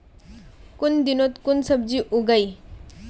कुन दिनोत कुन सब्जी उगेई?